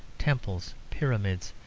temples, pyramids,